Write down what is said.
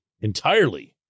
entirely